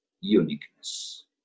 uniqueness